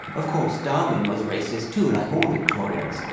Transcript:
of course darwin was racist too, like all victorians,